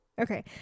Okay